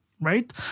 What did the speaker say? Right